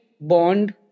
bond